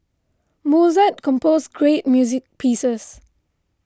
Mozart composed great music pieces